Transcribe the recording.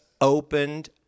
opened